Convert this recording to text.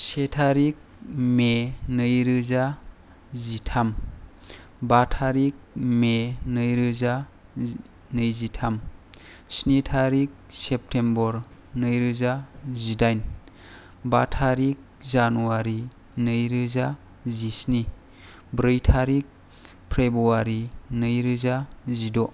से थारिक मे नैरोजा जिथाम बा थारिक मे नैरोजा नैजिथाम स्नि थारिक सेप्तेम्बर नैरोजा जिदाइन बा थारिक जानुवारि नैरोजा जिस्नि ब्रै थारिक फ्रेबुवारि नैरोजा जिद'